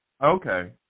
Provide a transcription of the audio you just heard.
Okay